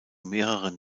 mehreren